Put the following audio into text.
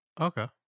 okay